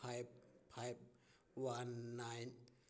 five five one nine